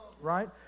right